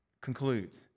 concludes